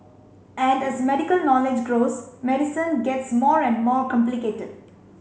and as medical knowledge grows medicine gets more and more complicated